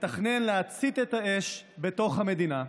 מתכנן להצית את האש בתוך המדינה.